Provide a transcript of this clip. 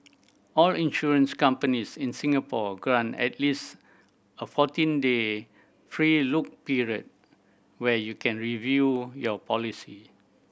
all insurance companies in Singapore grant at least a fourteen day free look period where you can review your policy